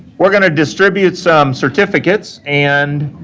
we're going to distribute some certificates, and